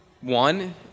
One